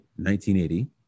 1980